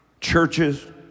churches